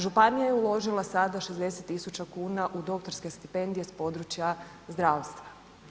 Županija je uložila sada 60.000 kuna u doktorske stipendije s područja zdravstva.